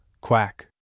Quack